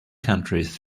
countries